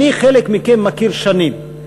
חלק מכם אני מכיר שנים,